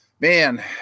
Man